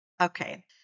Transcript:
Okay